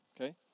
okay